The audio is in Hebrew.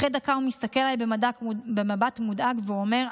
אחרי דקה הוא מסתכל עליי במבט מודאג ואומר,